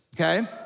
okay